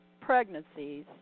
pregnancies